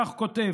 כך הוא כתב,